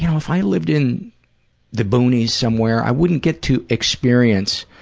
you know if i lived in the boonies somewhere, i wouldn't get to experience